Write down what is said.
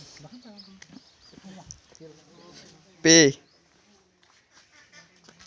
ᱯᱮ